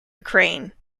ukraine